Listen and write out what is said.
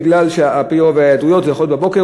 כי על-פי רוב ההיעדרות יכולה להיות בבוקר,